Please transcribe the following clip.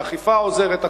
האכיפה עוזרת,